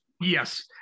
Yes